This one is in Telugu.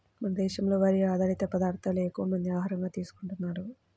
మన దేశంలో వరి ఆధారిత పదార్దాలే ఎక్కువమంది ఆహారంగా తీసుకుంటన్నారు